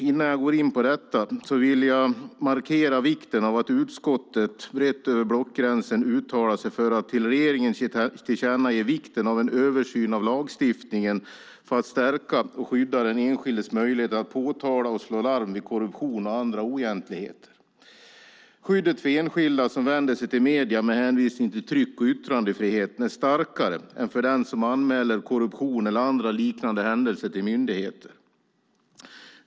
Innan jag går in på detta vill jag markera vikten av att utskottet över blockgränsen uttalat sig för att till regeringen tillkännage vikten av en översyn av lagstiftningen för att stärka och skydda den enskildes möjligheter att påtala och slå larm vid korruption och andra oegentligheter. Skyddet för enskilda som vänder sig till medierna med hänvisning till tryck och yttrandefriheten är starkare än för den som anmäler korruption eller andra liknande händelser till myndigheter.